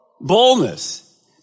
Boldness